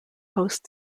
host